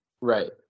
right